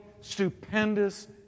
stupendous